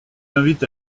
invite